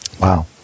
Wow